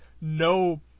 no